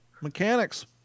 Mechanics